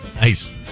Nice